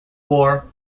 war